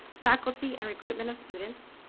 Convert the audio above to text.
faculty and recruitment of students,